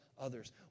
others